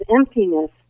emptiness